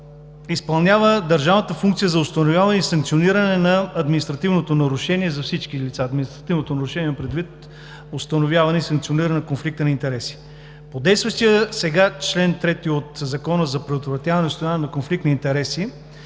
изпълнява държавната функция за установяване и санкциониране на административното нарушение за всички лица – „административното нарушение” – имам предвид установяване и санкциониране на конфликта на интереси по действащия сега чл. 3 от Закона за предотвратяване и установяване на конфликт на интереси,